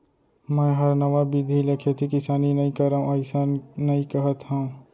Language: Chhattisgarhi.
मैं हर नवा बिधि ले खेती किसानी नइ करव अइसन नइ कहत हँव